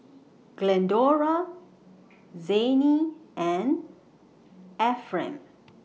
Glendora Zayne and Efrem